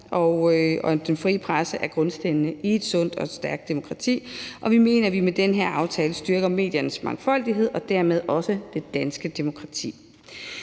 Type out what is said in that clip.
og den fri presse er grundstenen i et sundt og stærkt demokrati, og vi mener, at vi med den her aftale styrker mediernes mangfoldighed og dermed også det danske demokrati.